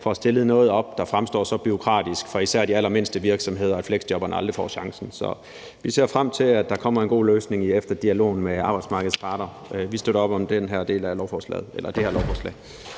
får stillet noget op, som fremstår så bureaukratisk for især de allermindste virksomheder, at fleksjobberne aldrig får chancen. Så vi ser frem til, at der kommer en god løsning efter dialogen med arbejdsmarkedets parter. Vi støtter op om den her del af lovforslaget.